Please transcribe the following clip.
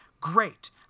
great